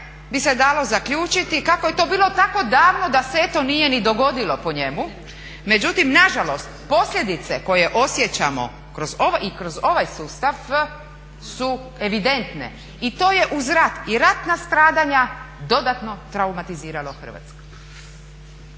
bi se dalo zaključiti kako je to bilo tako davno da se eto nije ni dogodilo po njemu. Međutim nažalost, posljedice koje osjećamo i kroz ovaj sustav su evidentne i to je uz rat i ratna stradanja dodatno traumatiziralo Hrvatsku.